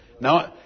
Now